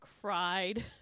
cried